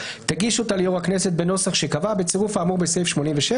תגיש אותה ליו"ר הכנסת בנוסח שקבע בצירוף האמור בסעיף 87,